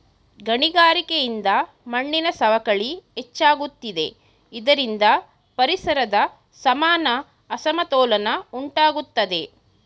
ಗಣಿಗಾರಿಕೆಯಿಂದ ಮಣ್ಣಿನ ಸವಕಳಿ ಹೆಚ್ಚಾಗುತ್ತಿದೆ ಇದರಿಂದ ಪರಿಸರದ ಸಮಾನ ಅಸಮತೋಲನ ಉಂಟಾಗುತ್ತದೆ